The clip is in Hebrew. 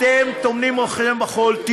אתם טומנים ראשיכם בחול.